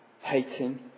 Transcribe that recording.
hating